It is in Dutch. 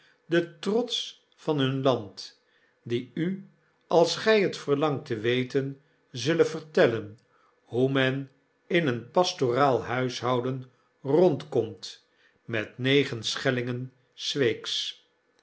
de trots van hun land die u als gy het verlangt te weten zullen vertellen hoe men in een pastoraalhuishoudenrondkomt met negen schelhngen s weeks